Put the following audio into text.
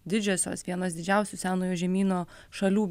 didžiosios vienos didžiausių senojo žemyno šalių